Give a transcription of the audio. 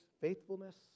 faithfulness